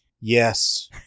Yes